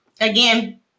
Again